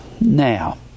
Now